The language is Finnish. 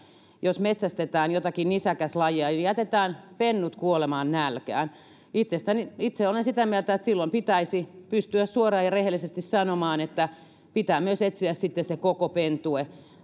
jos metsästetään jotakin nisäkäslajia niin jätetään pennut kuolemaan nälkään itse olen sitä mieltä että silloin pitäisi pystyä suoraan ja rehellisesti sanomaan että pitää etsiä sitten se koko pentue